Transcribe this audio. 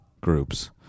groups